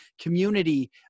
community